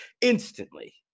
instantly